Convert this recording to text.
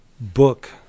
book